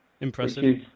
impressive